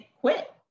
quit